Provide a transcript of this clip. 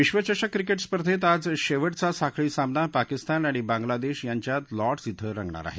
विश्वचषक क्रिकेट स्पर्धेत आज शेवटचा साखळी सामना पाकिस्तान आणि बांग्लादेश यांच्यात लॉर्ड्र्स के रगणार आहे